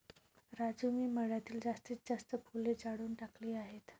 राजू मी मळ्यातील जास्तीत जास्त फुले जाळून टाकली आहेत